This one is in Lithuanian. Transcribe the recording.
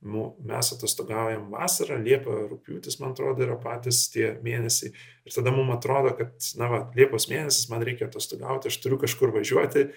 nu mes atostogaujam vasarą liepa rugpjūtis man atrodo yra patys tie mėnesiai ir tada mum atrodo kad na va liepos mėnesis man reikia atostogauti aš turiu kažkur važiuoti